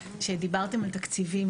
כשדיברתם על תקציבים.